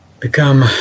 become